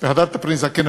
"והדרת פני זקן",